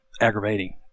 aggravating